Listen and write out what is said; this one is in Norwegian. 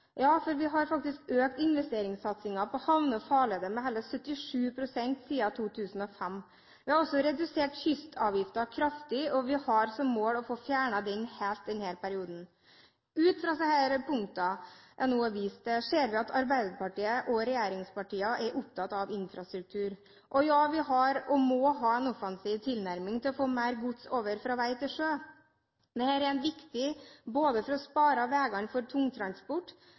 Ja, for vi har faktisk økt investeringssatsingen på havner og farleder med hele 77 pst. siden 2005. Vi har også redusert kystavgiften kraftig, og vi har som mål å få fjernet den helt denne perioden. Ut fra disse punktene som jeg nå har vist til, ser vi at Arbeiderpartiet og regjeringspartiene er opptatt av infrastruktur. Og, ja, vi har og må ha en offensiv tilnærming til å få mer gods over fra vei til sjø. Dette er viktig for å spare veiene for tungtransport,